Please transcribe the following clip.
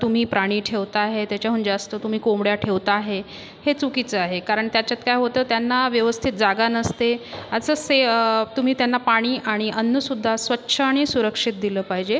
तुम्ही प्राणी ठेवत आहे त्याच्याहून जास्त तुम्ही कोंबड्या ठेवत आहे हे चुकीचं आहे कारण त्याच्यात काय होतं त्यांना व्यवस्थित जागा नसते असंच से तुम्ही त्यांना पाणी आणि अन्नसुद्धा स्वच्छ आणि सुरक्षित दिलं पाहिजे